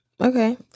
Okay